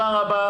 מי בעד?